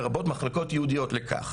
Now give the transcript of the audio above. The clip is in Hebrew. לרבות מחלקות ייעודיות לכך.